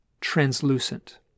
translucent